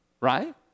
Right